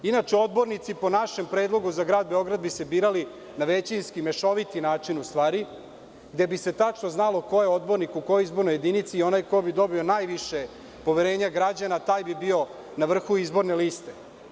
Inače, odbornici, po našem predlogu, za Grad Beograd bi se birali na većinski, mešoviti način, gde bi se tačno znalo ko je odbornik u kojoj izbornoj jedinici i onaj ko bi dobio najviše poverenja građana, taj bi bio na vrhu izborne liste.